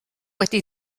wedi